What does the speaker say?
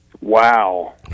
Wow